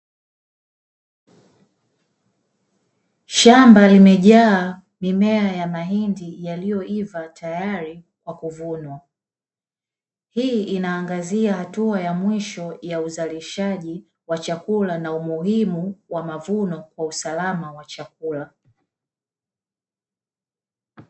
Shamba limejaa mimea ya mahindi yaliyoiva tayari kwa kuvunwa hii inaangazia hatua ya mwisho ya uzalishaji wa chakula na umuhimu wa mavuno kwa usalama wa chakula.